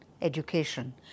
education